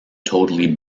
totally